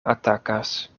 atakas